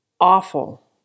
awful